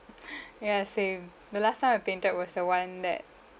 ya same the last time I painted was the one that